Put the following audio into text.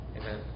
Amen